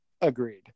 Agreed